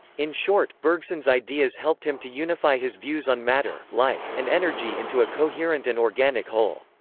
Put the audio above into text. in short, bergson's ideas helped him to unify his views on matter, life, and energy into a coherent and organic whole.